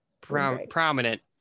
prominent